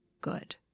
good